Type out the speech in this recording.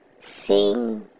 Sing